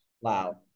wow